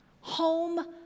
home